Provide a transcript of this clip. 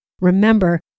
Remember